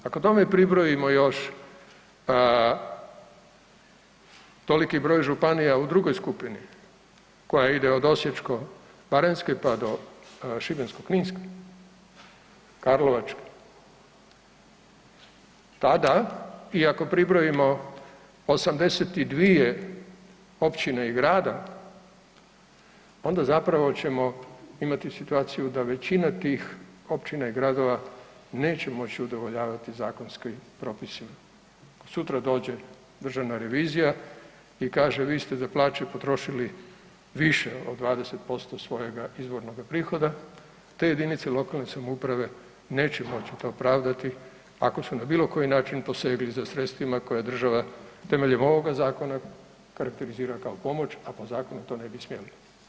Ako tome pribrojimo još toliki broj županija u drugoj skupini koja ide od Osječko-baranjske pa do Šibensko-kninske Karlovačke, tada i ako pribrojimo 82 općine i grada onda zapravo ćemo imati situaciju da većina tih općina i gradova neće moći udovoljavati zakonskim propisima, ako sutra dođe Državna revizija i kaže vi ste za plaće potrošili više od 20% svojega izvornoga prihoda te jedinice lokalne samouprave neće moći to pravdati ako su na bilo koji način posegli za sredstvima koje država temeljem ovoga zakona karakterizira kao pomoć, a po zakonu to ne bi smjeli.